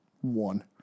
One